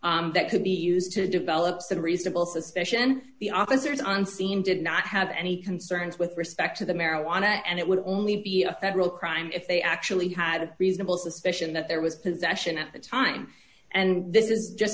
issue that could be used to develop some reasonable suspicion the officers on scene did not have any concerns with respect to the marijuana and it would only be a federal crime if they actually had a reasonable suspicion that there was possession at that time and this is just